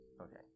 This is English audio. Okay